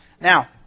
Now